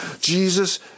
Jesus